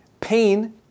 Pain